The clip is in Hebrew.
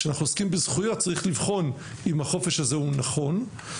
כשאנחנו עוסקים בזכויות צריך לבחון אם החופש הזה הוא נכון.